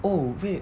oh wait